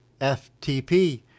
FTP